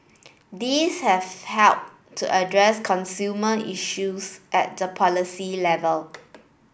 these have helped to address consumer issues at the policy level